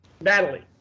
Natalie